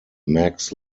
max